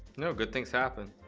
no good things happen